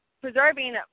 preserving